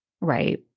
Right